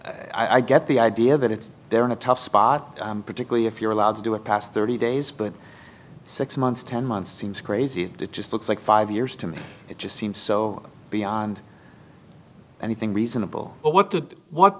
start i get the idea that it's there in a tough spot particularly if you're allowed to do it past thirty days but six months ten months seems crazy it just looks like five years to me it just seems so beyond anything reasonable but what the what